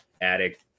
attic